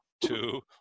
two